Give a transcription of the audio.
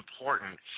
important